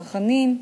צרכנים,